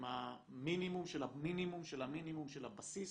המינימום של המינימום של המינימום של הבסיס,